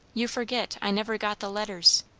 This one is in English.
you forget i never got the letters.